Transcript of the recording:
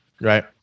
Right